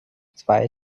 zwei